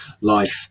life